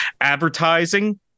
Advertising